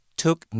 took